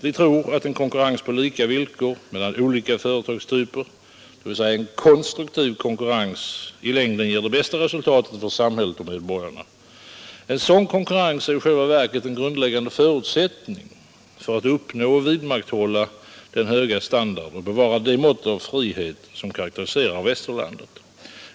Vi tror att en konkurrens på lika villkor mellan olika företagstyper, dvs. en konstruktiv konkurrens, i längden ger det bästa resultatet för samhället och dess medborgare. En sådan konkurrens är i själva verket en grundläggande förutsättning för att uppnå och vidmakthålla den höga levnadsstandarden och bevara det mått av frihet som karakteriserar Västerlandet.